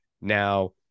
Now